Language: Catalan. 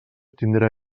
tindrà